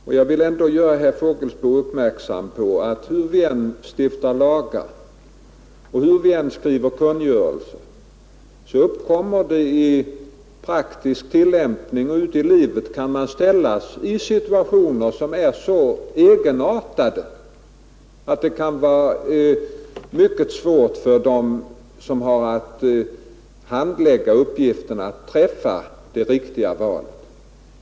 Och jag vill ändå göra herr Fågelsbo uppmärksam på att hur vi än stiftar lagar och hur vi än skriver kungörelser, så kan man i praktisk tillämpning ute i livet ställas i situationer som är så egenartade, att det kan vara mycket svårt för dem som har att handlägga uppgifterna att träffa det riktiga valet.